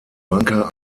banker